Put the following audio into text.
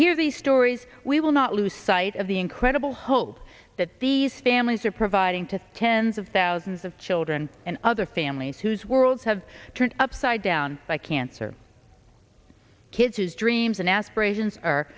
hear these stories we will not lose sight of the incredible hope that these families are providing to tens of thousands of children and other families whose worlds have turned upside down by cancer kids whose dreams and aspirations are